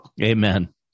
amen